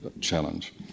challenge